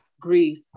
grief